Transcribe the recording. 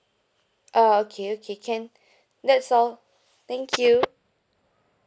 ah okay okay can that's all thank you